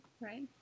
Right